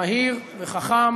מהיר וחכם